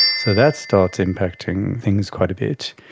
so that starts impacting things quite a bit.